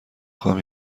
خواهم